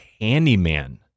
handyman